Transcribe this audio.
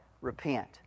Repent